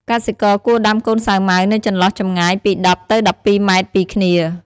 កសិករគួរដាំកូនសាវម៉ាវនៅចន្លោះចម្ងាយពី ១០ ទៅ ១២ ម៉ែត្រពីគ្នា។